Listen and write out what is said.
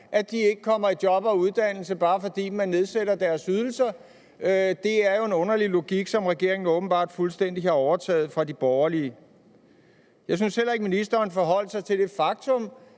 at de ikke kommer i job og uddannelse, bare fordi man nedsætter deres ydelser. Det er jo en underlig logik, som regeringen åbenbart fuldstændig har overtaget fra de borgerlige. Jeg synes heller ikke, at ministeren forholdt sig til det faktum,